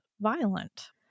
violent